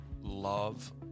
love